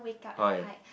okay